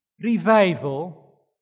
revival